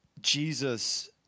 Jesus